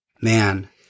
Man